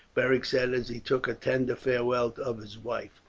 beric said as he took a tender farewell of his wife,